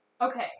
Okay